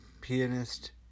pianist